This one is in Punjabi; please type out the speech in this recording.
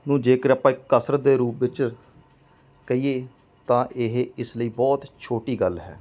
ਨੂੰ ਜੇਕਰ ਆਪਾਂ ਕਸਰਤ ਦੇ ਰੂਪ ਵਿੱਚ ਕਹੀਏ ਤਾਂ ਇਹ ਇਸ ਲਈ ਬਹੁਤ ਛੋਟੀ ਗੱਲ ਹੈ